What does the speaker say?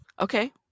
okay